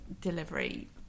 delivery